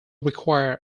require